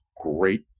great